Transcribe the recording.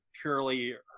purely